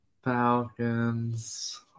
Falcons